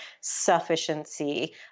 sufficiency